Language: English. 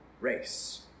race